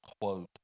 quote